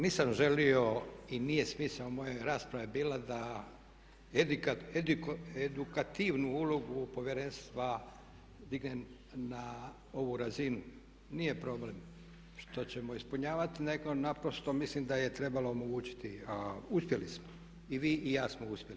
Nisam želio i nije smisao moje rasprave bila da edukativnu ulogu Povjerenstva dignem na ovu razinu, nije problem što ćemo ispunjavati, nego naprosto mislim da je trebalo omogućiti, uspjeli smo i vi i ja smo uspjeli.